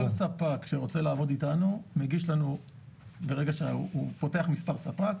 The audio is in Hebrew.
כל ספק שרוצה לעבוד איתנו הוא פותח מספר ספק,